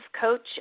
coach